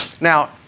Now